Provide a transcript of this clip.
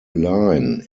line